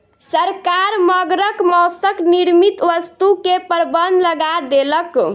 सरकार मगरक मौसक निर्मित वस्तु के प्रबंध लगा देलक